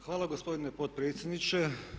Hvala gospodine potpredsjedniče.